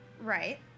Right